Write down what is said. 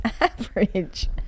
average